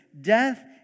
Death